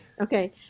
Okay